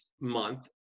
month